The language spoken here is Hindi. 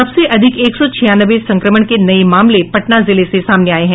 सबसे अधिक एक सौ छियानवे संक्रमण के नये मामले पटना जिले से सामने आये हैं